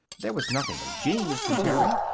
there was nothing of genius in terry,